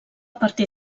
partir